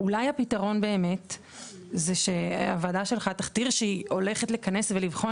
אולי הפתרון באמת זה שהוועדה שלך תכתיר שהיא הולכת לכנס ולבחון